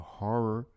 horror